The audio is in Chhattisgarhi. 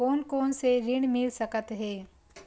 कोन कोन से ऋण मिल सकत हे?